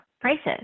prices